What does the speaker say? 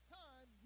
time